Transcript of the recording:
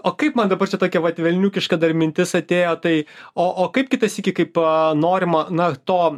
o kaip man dabar čia tokia vat velniukiška dar mintis atėjo tai o o kaip kitą sykį kaip a norimo na to